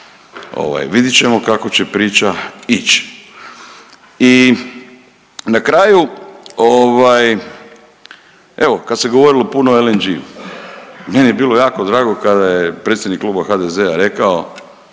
Vidjet ćemo kako će priča ići. I na kraju evo kad se govorilo puno o LNG-u meni je bilo jako drago kada je predsjednik kluba HDZ-a rekao